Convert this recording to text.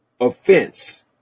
offense